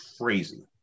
crazy